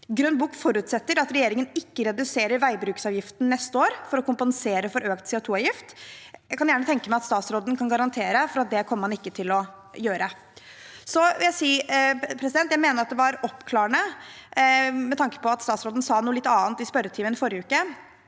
Grønn bok forutsetter at regjeringen ikke reduserer veibruksavgiften neste år for å kompensere for økt CO2-avgift. Jeg kan gjerne tenke meg at statsråden garanterer for at man ikke kommer til å gjøre det. Så vil jeg si at jeg mener det var oppklarende, med tanke på at statsråden sa noe litt annet i spørretimen forrige uke,